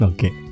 Okay